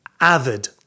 avid